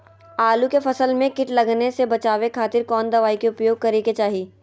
आलू के फसल में कीट लगने से बचावे खातिर कौन दवाई के उपयोग करे के चाही?